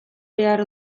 behar